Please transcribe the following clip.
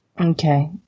Okay